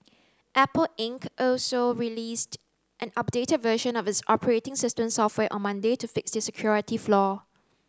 Apple Inc also released an updated version of its operating system software on Monday to fix the security flaw